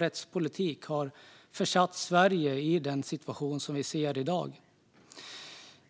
rättspolitik man fört i åratal har man försatt Sverige i den situation som vi ser i dag.